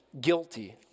guilty